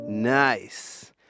Nice